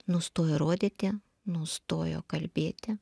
nustojo rodyti nustojo kalbėti